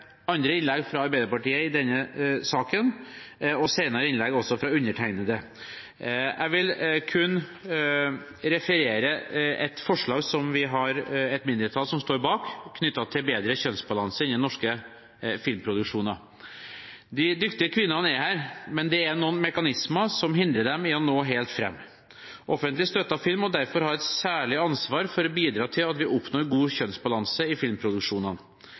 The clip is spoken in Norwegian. andre innlegg fra Arbeiderpartiet i denne saken og senere innlegg også fra undertegnede. Jeg vil kun referere til et forslag som et mindretall står bak, knyttet til bedre kjønnsbalanse i norske filmproduksjoner. De dyktige kvinnene er her, men det er noen mekanismer som hindrer dem i nå helt fram. Offentlig støtte av film må derfor ha et særlig ansvar for å bidra til at vi oppnår god kjønnsbalanse i filmproduksjonene.